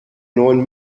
neuen